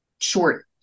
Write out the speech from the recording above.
short